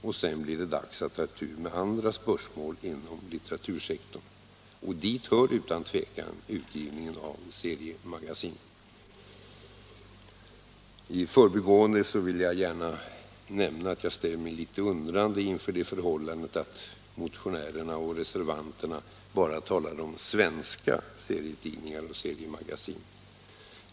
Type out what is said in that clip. Därefter blir det dags att ta itu med andra spörsmål inom litteratursektorn, och dit hör utan tvivel utgivningen av seriemagasin. I förbigående vill jag gärna nämna att jag ställer mig litet undrande inför det förhållandet att motionärerna och reservanterna bara talar om svenska serietidningar och seriemagasin.